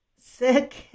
sick